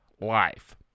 life